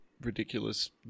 ridiculous